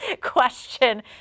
question